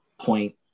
point